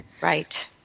Right